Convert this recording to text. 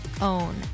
own